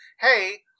Hey